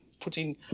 putting